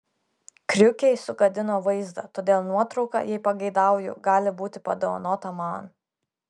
kriukiai sugadino vaizdą todėl nuotrauka jei pageidauju gali būti padovanota man